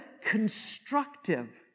constructive